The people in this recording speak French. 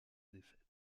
défaite